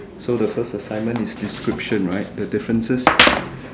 so the first assignment is description right the differences